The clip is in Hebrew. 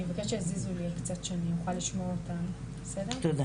סוליציאנו, מאיגוד מרכזי הסיוע בבקשה.